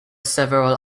several